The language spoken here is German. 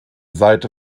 seite